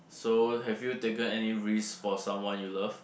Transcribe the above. so have you taken any risk for someone you love